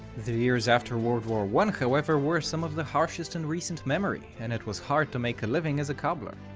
the years after world war one, however, were some of the harshest in recent memory, and it was hard to make a living as a cobbler.